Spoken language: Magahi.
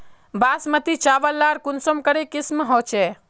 बासमती चावल लार कुंसम करे किसम होचए?